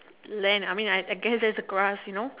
land I mean I I guess that is a grass you know